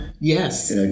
yes